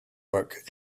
book